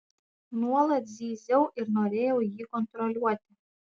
nuolat zyziau ir norėjau jį kontroliuoti